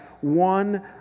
one